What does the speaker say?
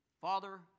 Father